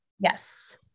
Yes